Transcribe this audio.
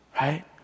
right